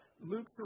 Luke